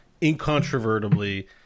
Incontrovertibly